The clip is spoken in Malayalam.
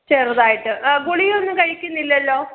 ചെറുതായിട്ട് ഗുളികയൊന്നും കഴിക്കുന്നില്ലല്ലോ